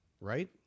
Right